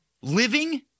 living